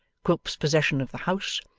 quilp's possession of the house,